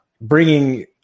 bringing